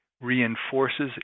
reinforces